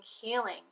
healing